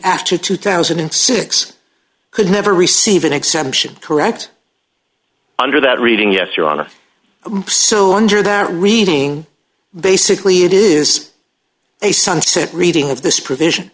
after two thousand and six could never receive an exemption correct under that reading yes your honor so under that reading basically it is a sunset reading of this provision